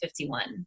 51